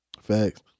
Facts